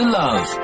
love